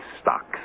stocks